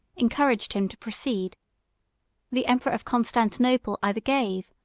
encouraged him to proceed the emperor of constantinople either gave,